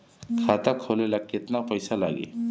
खाता खोले ला केतना पइसा लागी?